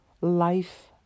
life